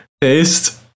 taste